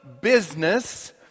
business